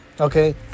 Okay